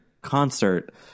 concert